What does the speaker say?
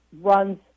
runs